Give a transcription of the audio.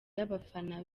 y’abafana